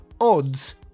Odds